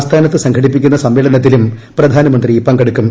ആസ്ഥാനത്ത് സംഘടിപ്പിക്കുന്ന് സമ്മേളനത്തിലും പ്രധാനമന്ത്രി പങ്കെടുക്കും